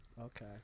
Okay